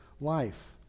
life